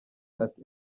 ati